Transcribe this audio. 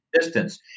distance